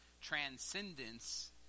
transcendence